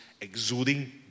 exuding